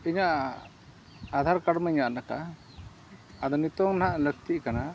ᱤᱧᱟᱹᱜ ᱟᱫᱷᱟᱨ ᱠᱟᱨᱰ ᱢᱟᱧ ᱟᱫ ᱟᱠᱟᱜᱼᱟ ᱟᱫᱚ ᱱᱤᱛᱚᱝ ᱱᱟᱦᱟᱸᱜ ᱞᱟᱹᱠᱛᱤᱜ ᱠᱟᱱᱟ